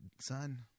son